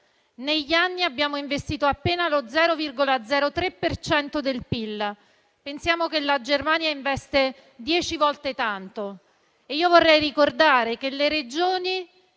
Negli anni abbiamo investito appena lo 0,03 per cento del PIL; pensiamo che la Germania investe dieci volte tanto. Vorrei ricordare che le Regioni